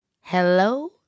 Hello